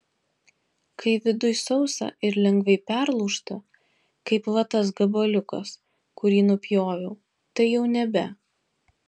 kai viduj sausa ir lengvai perlūžta kaip va tas gabaliukas kurį nupjoviau tai jau nebe